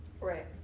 right